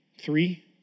Three